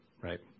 right